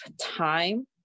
time